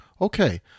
Okay